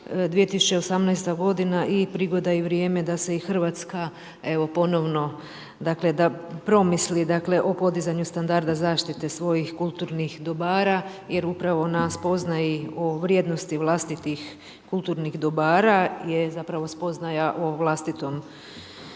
2018. g. i prigoda i vrijeme da se i Hrvatska ponovno, dakle da promisli o podizanju standarda zaštite svojih kulturnih dobara jer upravo na spoznaji o vrijednosti vlastitih kulturnih dobara je zapravo spoznaja o vlastitom